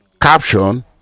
caption